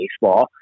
baseball